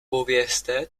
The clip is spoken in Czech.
povězte